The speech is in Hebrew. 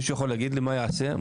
מישהו יכול להגיד לי מה הוא עושה?